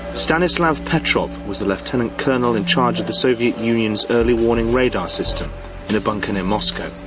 stanislav petrov was the lieutenant-colonel in charge of the soviet union's early warning radar system in a bunker near moscow.